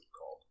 called